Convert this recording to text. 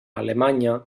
alemanya